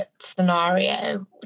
scenario